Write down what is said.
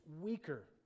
weaker